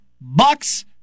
Bucks